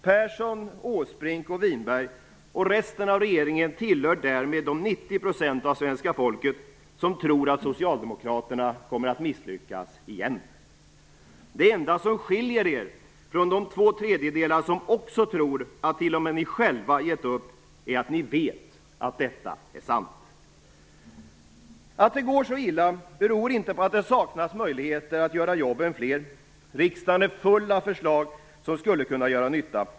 Persson, Åsbrink, Winberg och resten av regeringen tillhör därmed de 90 % av svenska folket som tror att Socialdemokraterna kommer att misslyckas igen. Det enda som skiljer er från de två tredjedelar som också tror att t.o.m. ni själva givit upp är att ni vet att detta är sant. Att det går så illa beror inte på att det saknas möjligheter att göra jobben fler. Riksdagen är full av förslag som skulle kunna göra nytta.